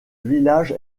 village